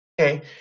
okay